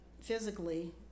physically